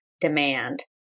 demand